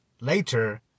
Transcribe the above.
later